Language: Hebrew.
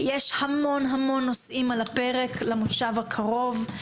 יש המון המון נושאים על הפרק למושב הקרוב.